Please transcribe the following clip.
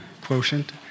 quotient